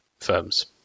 firms